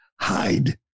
Hide